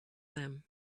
them